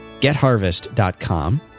getharvest.com